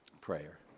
prayer